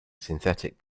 synthetic